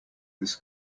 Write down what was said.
this